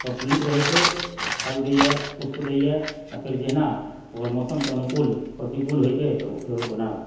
प्रफुल्लित रहैत छै फल दए यऽपुष्प दए यऽआ फेर जहिना ओकर मौसमके अनुकूल प्रतिकूल होइत छै तऽ ओना